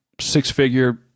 six-figure